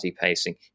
pacing